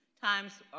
Times